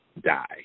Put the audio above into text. die